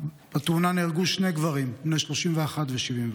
בתאונה נהרגו שני גברים, בני 31 ו-71.